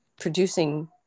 producing